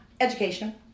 Education